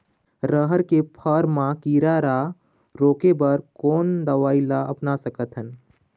रहर के फर मा किरा रा रोके बर कोन दवई ला अपना सकथन?